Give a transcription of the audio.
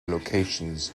locations